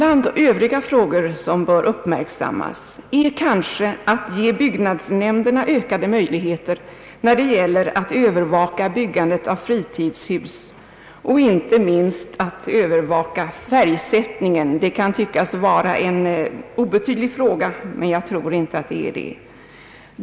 Till övriga frågor som bör uppmärksammas hör kanske också den att ge byggnadsnämnderna ökade möjligheter när det gäller att övervaka byggandet av fritidshus och inte minst att övervaka färgsättningen, vilket kan tyckas vara en obetydlig fråga, men jag tror inte att den är det.